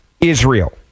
Israel